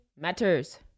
Matters